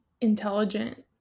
intelligent